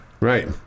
right